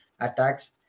attacks